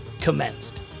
commenced